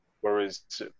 whereas